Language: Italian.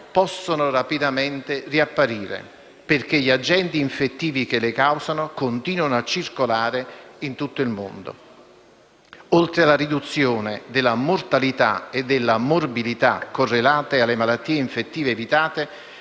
possono rapidamente riapparire, perché gli agenti infettivi che le causano continuano a circolare in tutto il mondo. Oltre alla riduzione della mortalità e della morbilità correlate alle malattie infettive evitate,